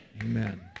Amen